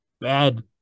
bad